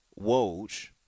Woj